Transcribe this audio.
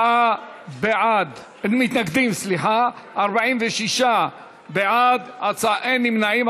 54 מתנגדים, 46 בעד, אין נמנעים.